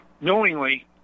knowingly